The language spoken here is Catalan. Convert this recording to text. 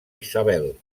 isabel